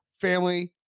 family